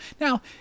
Now